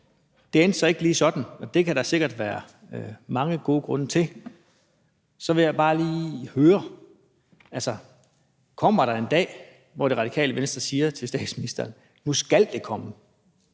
Det endte så ikke lige sådan, og det kan der sikkert være mange gode grunde til. Så vil jeg bare lige høre: Kommer der en dag, hvor Radikale Venstre siger til statsmininsteren: Nu skal det komme?